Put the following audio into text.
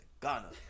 Ghana